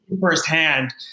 firsthand